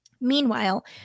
Meanwhile